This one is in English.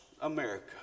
America